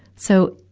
so,